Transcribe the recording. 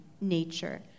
nature